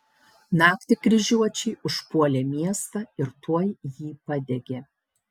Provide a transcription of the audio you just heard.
naktį kryžiuočiai užpuolė miestą ir tuoj jį padegė